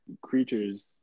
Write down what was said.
creatures